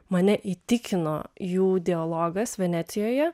mane įtikino jų dialogas venecijoje